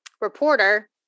Reporter